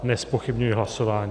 Nezpochybňuji hlasování.